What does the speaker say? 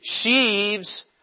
sheaves